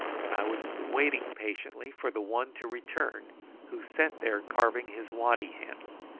and i was waiting patiently for the one to return who sat there carving his waddy handle.